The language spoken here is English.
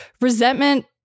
resentment